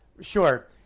Sure